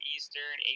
Eastern